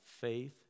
faith